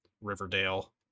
Riverdale